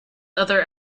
other